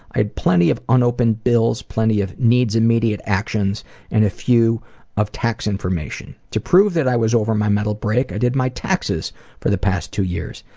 i had plenty of unopened bills, plenty of needs immediate actions and a few of tax information. to prove that i was over my mental break i did my taxes for the past two years.